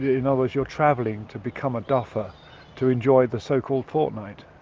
in other words you are travelling to become a duffer to enjoy the so called fortnight.